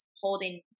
holding